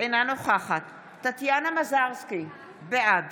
אינה נוכחת טטיאנה מזרסקי, בעד